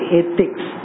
ethics